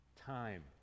time